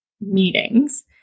meetings